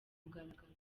mugaragaro